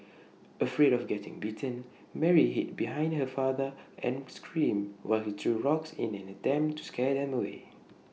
afraid of getting bitten Mary hid behind her father and scream while he threw rocks in an attempt to scare them away